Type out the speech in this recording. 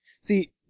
See